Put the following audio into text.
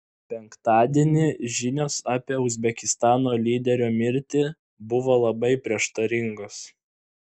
penktadienį žinios apie uzbekistano lyderio mirtį buvo labai prieštaringos